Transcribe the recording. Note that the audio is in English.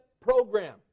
program